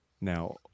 now